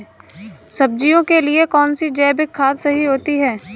सब्जियों के लिए कौन सी जैविक खाद सही होती है?